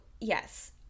Yes